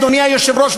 אדוני היושב-ראש,